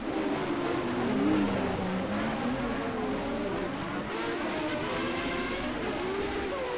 تِمن چھِ بِلکُلے اَلگ سۄ چھ نہٕ کٲشِر زبان یُس سیدیو پدیو آسان سُہ چھِ کٲشِر کھۄتہٕ تہِ واریاہ اَلگ آسان